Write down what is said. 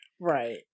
Right